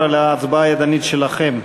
ההצבעה הידנית שלכם.